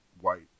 white